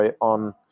on